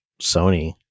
Sony